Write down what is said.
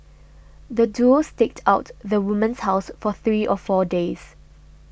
the duo staked out the woman's house for three or four days